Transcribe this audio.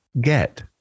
get